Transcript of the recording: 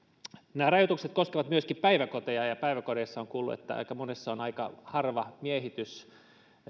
nämä rajoitukset koskevat myöskin päiväkoteja ja olen kuullut että aika monessa päiväkodissa on aika harva miehitys